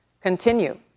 continue